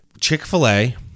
Chick-fil-A